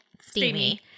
steamy